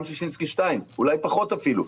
גם ששינסקי 2. אולי פחות אפילו.